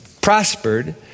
prospered